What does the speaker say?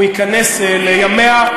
הוא ייכנס לימיה,